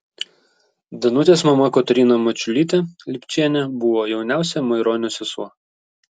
danutės mama kotryna mačiulytė lipčienė buvo jauniausia maironio sesuo